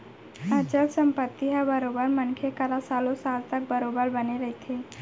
अचल संपत्ति ह बरोबर मनखे करा सालो साल तक बरोबर बने रहिथे